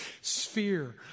sphere